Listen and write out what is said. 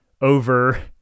over